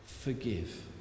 forgive